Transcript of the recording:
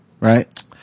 right